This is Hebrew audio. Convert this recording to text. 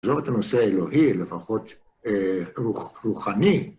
זאת הנושא האלוהי, לפחות רוחני.